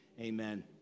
amen